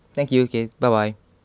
thank you okay bye bye